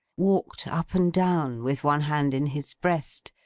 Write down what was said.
walked up and down, with one hand in his breast,